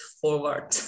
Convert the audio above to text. forward